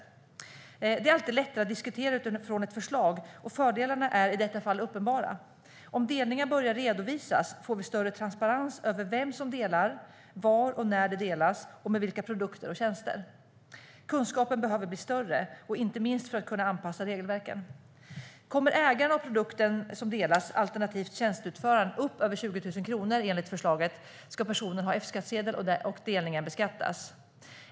Det är alltid lättare att diskutera utifrån ett förslag, och fördelarna är i detta fall uppenbara: Om delningar börjar redovisas får vi större transparens i fråga om vem som delar, var och när det delas och med vilka produkter och tjänster det sker. Kunskapen behöver bli större, inte minst för att man ska kunna anpassa regelverken. Kommer ägaren av produkten som delas, alternativt tjänsteutföraren, upp över 20 000 kronor ska personen enligt förslaget ha F-skattsedel och delningen beskattas.